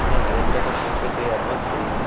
আমি হাজার টাকা ফোনপেতে অ্যাডভান্স করলাম